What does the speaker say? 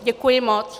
Děkuji moc.